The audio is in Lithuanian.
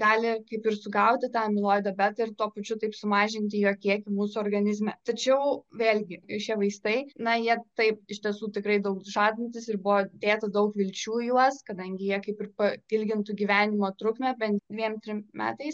gali kaip ir sugauti tą amiloidą bet ir tuo pačiu taip sumažinti jo kiekį mūsų organizme tačiau vėlgi šie vaistai na jie taip iš tiesų tikrai daug žadantys ir buvo dėta daug vilčių į juos kadangi jie kaip ir pailgintų gyvenimo trukmę bent dviem trim metais